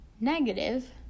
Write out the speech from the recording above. Negative